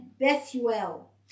Bethuel